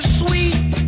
sweet